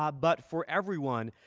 ah but for everyone,